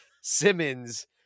Simmons